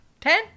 ten